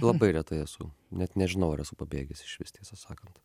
labai retai esu net nežinau ar esu pabėgęs išvis tiesą sakant